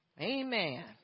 Amen